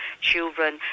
children